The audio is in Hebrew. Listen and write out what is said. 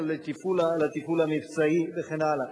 אלא לתפעול המבצעי וכן הלאה.